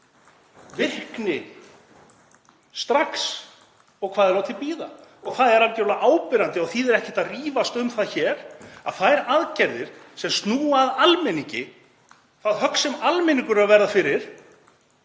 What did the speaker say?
virkni strax og hvað er látið bíða? Það er algerlega áberandi og þýðir ekkert að rífast um það hér að þær aðgerðir sem snúa að almenningi, það högg sem almenningur er að verða fyrir